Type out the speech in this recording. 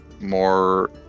more